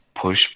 push